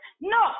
No